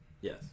Yes